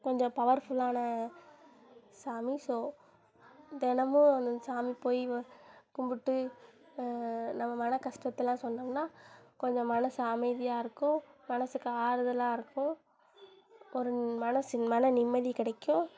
கொஞ்சம் பவர்ஃபுல்லான சாமி ஸோ தினமும் அந்த சாமி போய் கும்பிட்டு நம்ம மன கஷ்டத்தை எல்லாம் சொன்னோம்னால் கொஞ்சம் மனது அமைதியாக இருக்கும் மனதுக்கு ஆறுதலாக இருக்கும் ஒரு மனது மன நிம்மதி கிடைக்கும்